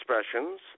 Expressions